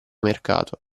mercato